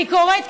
אני קוראת,